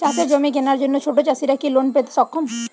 চাষের জমি কেনার জন্য ছোট চাষীরা কি লোন পেতে সক্ষম?